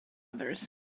others